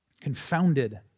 Confounded